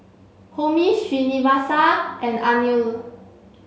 Homi Srinivasa and Anil